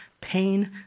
pain